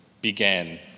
began